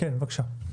בבקשה.